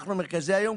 אנחנו מרכזי היום,